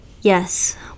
Yes